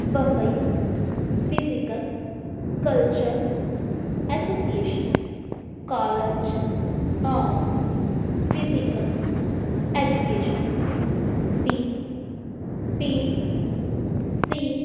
Bombay physical culture association college of physical education B P C